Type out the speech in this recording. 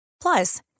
Plus